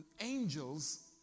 angels